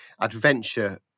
adventure